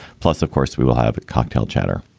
plus, of course, we will have cocktail chatter